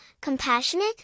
compassionate